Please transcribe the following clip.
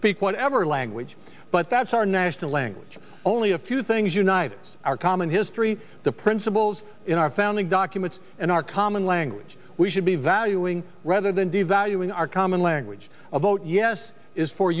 speak whatever language but that's our national language only a few things you knives are common history the principles in our founding documents and our common language we should be valuing rather than devaluing our common language of vote yes is fo